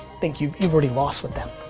think you've you've already lost with them.